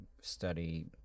study